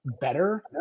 better